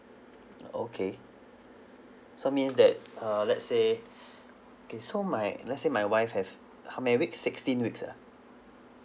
uh okay so means that uh let's say okay so my let's say my wife have how many weeks sixteen weeks ah